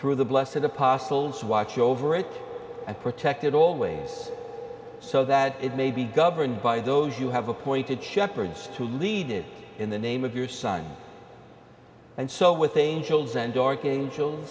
through the blessed apostles watch over it and protected always so that it may be governed by those you have appointed shepherds to lead it in the name of your son and so with angels and archangel